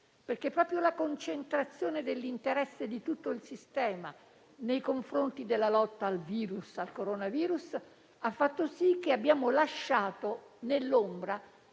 altre patologie. La concentrazione dell'interesse di tutto il sistema nei confronti della lotta al Coronavirus, infatti, ha fatto sì che abbiamo lasciato nell'ombra,